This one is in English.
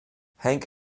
hank